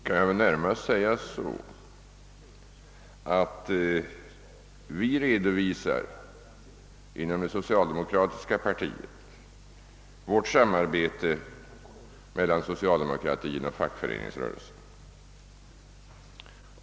kan jag närmast säga följande: Inom det socialdemokratiska partiet redovisar vi samarbetet mellan socialdemokratin och fackföreningsrörelsen.